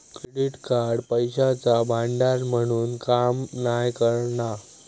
credit card पैशाचा भांडार म्हणून काम नाय करणा